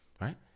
Right